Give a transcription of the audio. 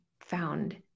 found